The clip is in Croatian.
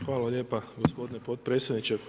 Hvala lijepa gospodine potpredsjedniče.